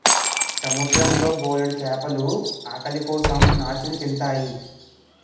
సముద్రం లో బోలెడు చేపలు ఆకలి కోసం నాచుని తింతాయి